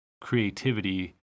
creativity